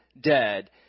dead